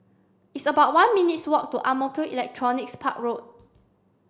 it's about one minutes' walk to Ang Mo Kio Electronics Park Road